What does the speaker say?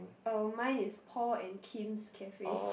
oh mine is Paul and Kim's cafe